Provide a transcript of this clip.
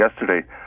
yesterday